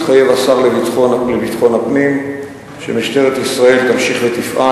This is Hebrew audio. השר לביטחון הפנים מתחייב שמשטרת ישראל תמשיך ותפעל